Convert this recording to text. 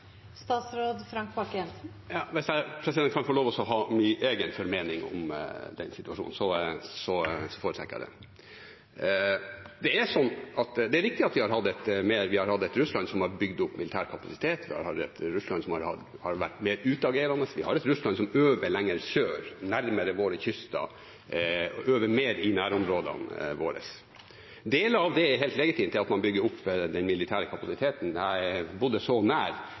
Hvis jeg kan få lov til å ha min egen formening om den situasjonen, så foretrekker jeg det. Det er riktig at vi har hatt et Russland som har bygd opp militær kapasitet, vi har et Russland som har vært mer utagerende, vi har et Russland som øver lenger sør, nærmere våre kyster, og øver mer i nærområdene våre. Deler av det er helt legitimt, det at man bygger opp den militære kapasiteten. Jeg bodde så nær